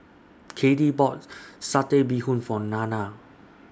Caddie bought Satay Bee Hoon For Nanna